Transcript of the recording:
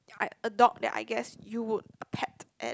I a dog that I guess you would pet and